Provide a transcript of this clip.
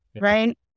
right